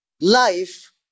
life